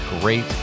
great